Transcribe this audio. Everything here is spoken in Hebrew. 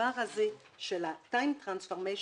הדבר הזה של ה"טיים טרנספורמיישן",